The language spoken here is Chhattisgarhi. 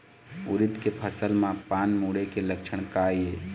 उरीद के फसल म पान मुड़े के लक्षण का ये?